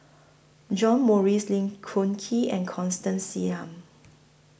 John Morrice Lee Choon Kee and Constance Singam